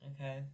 Okay